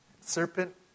serpent